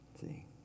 See